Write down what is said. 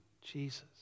Jesus